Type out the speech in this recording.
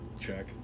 Check